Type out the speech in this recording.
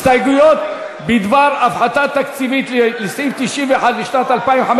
הסתייגויות בדבר הפחתה תקציבית לסעיף 91 לשנת 2015,